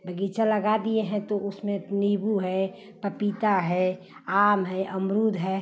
बगीचा लगा दिए हैं तो उसमें नीम्बू है पपीता है आम है अमरूद है